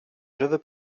żywy